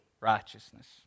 righteousness